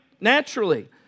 Naturally